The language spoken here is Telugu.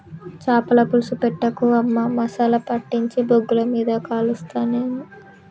చాపల పులుసు పెట్టకు అమ్మా మసాలా పట్టించి బొగ్గుల మీద కలుస్తా నేను